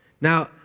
Now